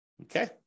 okay